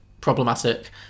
problematic